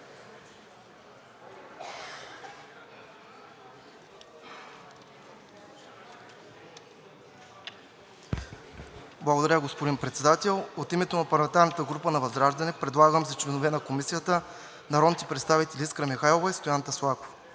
Благодаря, господин Председател. От името на парламентарната група на ВЪЗРАЖДАНЕ предлагам за членове на Комисията народните представители Искра Михайлова и Стоян Таслаков.